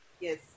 Yes